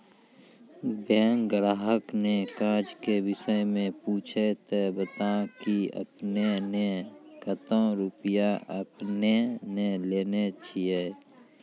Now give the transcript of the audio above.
Bank ग्राहक ने काज के विषय मे पुछे ते बता की आपने ने कतो रुपिया आपने ने लेने छिए?